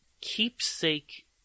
keepsake